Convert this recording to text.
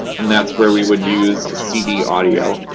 and that's where we would use cd audio.